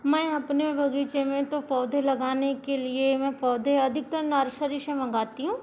मैं अपने भविष्य में तो पौधे लगाने के लिए मैं पौधे अधिकतर नर्सरी से मंगाती हूँ